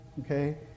okay